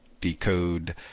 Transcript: Decode